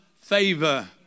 favor